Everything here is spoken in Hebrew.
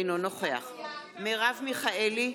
אינו נוכח מרב מיכאלי,